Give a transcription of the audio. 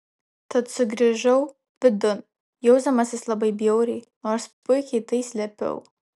tad sugrįžau vidun jausdamasis labai bjauriai nors puikiai tai slėpiau